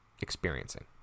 experiencing